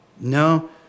no